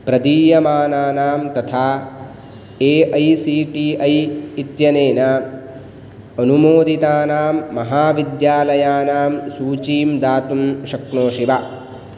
प्रदीयमानानां तथा AICTE इत्यनेन अनुमोदितानां महाविद्यालयानां सूचीं दातुं शक्नोसि वा